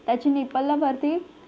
त्याची निपलला वरती